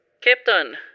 Captain